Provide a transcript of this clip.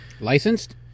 Licensed